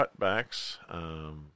cutbacks